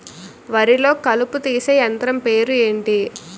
వరి లొ కలుపు తీసే యంత్రం పేరు ఎంటి?